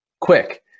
quick